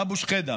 את אבו שחידם.